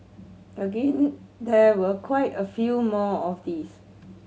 again there were quite a few more of these